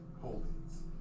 holdings